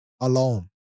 alone